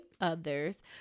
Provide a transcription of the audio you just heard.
others